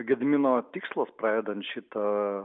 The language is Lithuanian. gedimino tikslas pradedant šitą